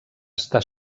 està